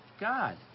God